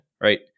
right